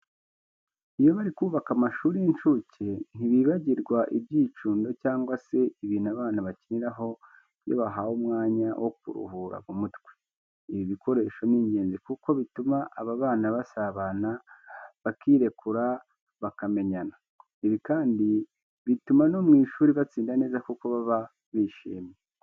Iyo bari kubaka amashuri y'inshuke ntibibagirwa ibyicundo cyangwa se ibintu abana bakiniraho iyo bahawe umwanya wo kuruhura mu mutwe. Ibi bikoresho ni ingenzi kuko bituma aba bana basabana, bakirekura, bakamenyana. Ibi kandi bituma no mu ishuri batsinda neza kuko baba bishyimye.